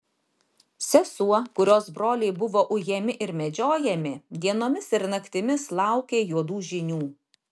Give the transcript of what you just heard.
sesuo kurios broliai buvo ujami ir medžiojami dienomis ir naktimis laukė juodų žinių